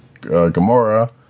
Gamora